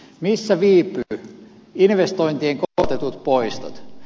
missä viipyy investointien korotetut poistot